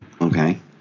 Okay